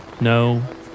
No